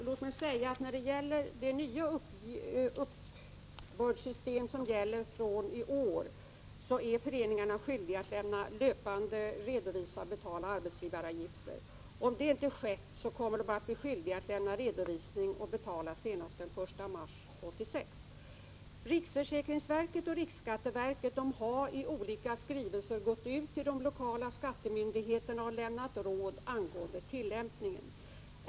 Herr talman! Enligt det nya uppbördssystem som gäller fr.o.m. i år är föreningarna skyldiga att löpande redovisa och betala arbetsgivaravgifter. Om det inte skett, kommer de att bli skyldiga att lämna redovisning och betala senast den 1 mars 1986. Riksförsäkringsverket och riksskatteverket har i olika skrivelser till de lokala skattemyndigheterna lämnat råd angående tillämpningen.